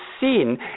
seen